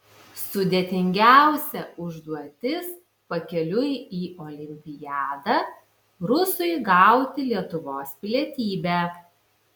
sudėtingiausia užduotis pakeliui į olimpiadą rusui gauti lietuvos pilietybę